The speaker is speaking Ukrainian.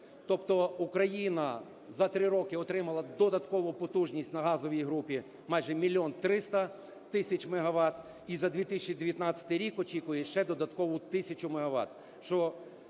Тобто Україна за три роки отримала додаткову потужність на газовій групі майже мільйон 300 тисяч мегават, і за 2019 рік очікує ще додаткову тисячу мегават,